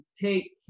take